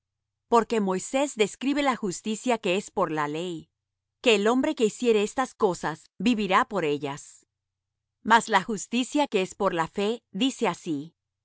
porque moisés describe la justicia que es por la ley que el hombre que hiciere estas cosas vivirá por ellas mas la justicia que es por la fe dice así